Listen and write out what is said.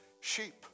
sheep